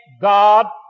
God